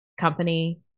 company